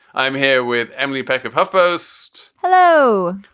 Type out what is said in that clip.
i'm here with emily peck of huff post. hello,